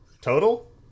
Total